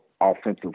offensive